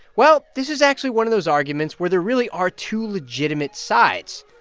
well, this is actually one of those arguments where there really are two legitimate sides.